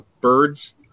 Bird's